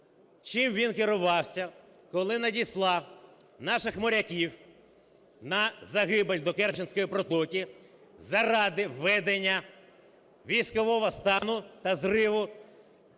чим він керувався, коли надіслав наших моряків на загибель до Керченської протоки заради введення військового стану та зриву